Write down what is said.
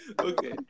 Okay